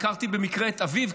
הכרתי במקרה את אביו,